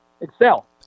excel